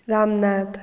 Ramnath